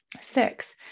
six